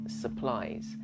supplies